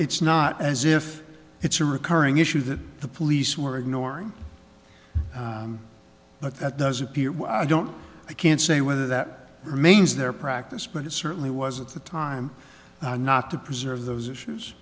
's not as if it's a recurring issue that the police were ignoring but that does appear i don't i can't say whether that remains their practice but it certainly was at the time not to preserve those issues